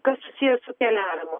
kas susiję su keliavimu